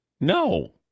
No